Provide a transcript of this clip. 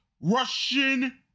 Russian